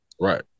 Right